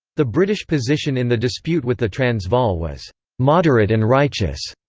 the british position in the dispute with the transvaal was moderate and righteous,